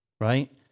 right